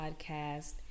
podcast